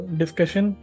discussion